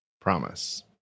Promise